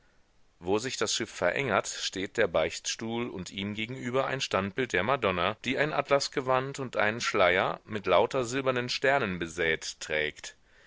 wo sich das schiff verengert steht der beichtstuhl und ihm gegenüber ein standbild der madonna die ein atlasgewand und einen schleier mit lauter silbernen sternen besät trägt